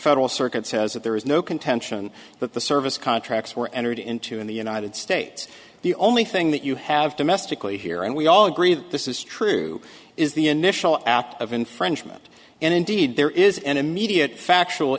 federal circuit says that there is no contention that the service contracts were entered into in the united states the only thing that you have to mystically here and we all agree that this is true is the initial out of infringement and indeed there is an immediate factual